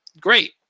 Great